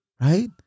right